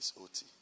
OT